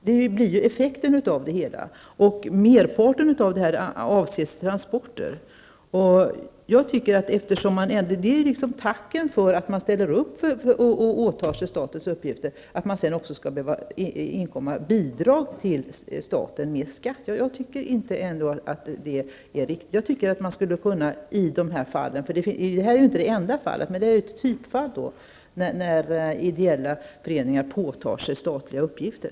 Det blir ju effekten av det hela. Merparten av detta utgörs av transporter. Tacken för att man ställer upp och åtar sig statens uppgifter blir att man tvingas ansöka om bidrag från staten till skatten. Jag tycker inte att det är riktigt. Jag tycker att man skulle kunna efterskänka momsen i sådana här fall -- detta är inte det enda fallet, men ett typfall -- när ideella föreningar påtar sig statliga uppgifter.